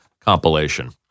compilation